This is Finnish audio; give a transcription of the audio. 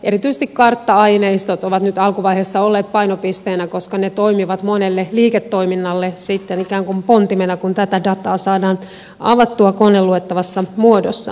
erityisesti kartta aineistot ovat nyt alkuvaiheessa olleet painopisteenä koska ne toimivat monelle liiketoiminnalle sitten ikään kuin pontimena kun tätä dataa saadaan avattua koneluettavassa muodossa